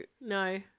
No